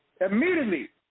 Immediately